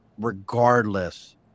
regardless